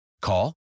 Call